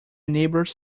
neighbour’s